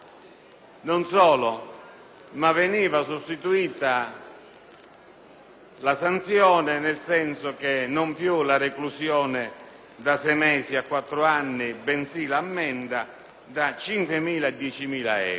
la sanzione, prevedendosi non più la reclusione da sei mesi a quattro anni bensì un'ammenda da 5.000 a 10.000 euro.